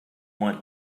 want